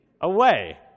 away